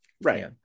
Right